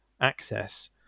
access